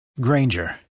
Granger